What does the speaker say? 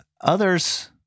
others